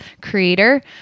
creator